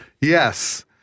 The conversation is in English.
Yes